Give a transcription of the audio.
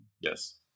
Yes